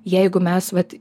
jeigu mes vat